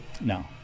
No